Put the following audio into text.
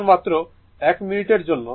এখন মাত্র 1 মিনিটের জন্য